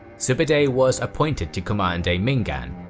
sube'etei was appointed to command a minggan,